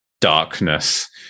darkness